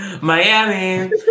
Miami